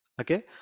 okay